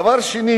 דבר אחר,